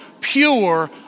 pure